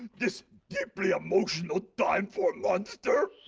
this deeply emotional time for monster.